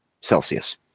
Celsius